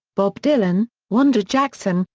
bob dylan, wanda jackson,